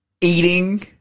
eating